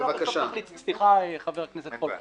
סליחה חבר הכנסת פולקמן.